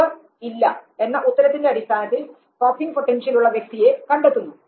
ഉവ്വ് ഇല്ല എന്ന ഉത്തരത്തിന്റെ അടിസ്ഥാനത്തിൽ കോപ്പിംഗ് പൊട്ടൻഷ്യൽ ഉള്ള വ്യക്തിയെ കണ്ടെത്തുന്നു